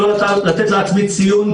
לא לתת לעצמי ציון,